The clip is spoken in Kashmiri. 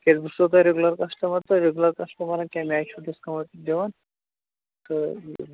تِکیٛازِ بہٕ چھُسو تۄہہِ رِگوٗلَر کَسٹمَر تہٕ رِگوٗلَر کَسٹمَرَن کیٚنٛہہ میچ چھُو ڈِسکاوُنٛٹ دِوَان تہٕ